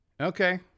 Okay